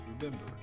Remember